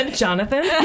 jonathan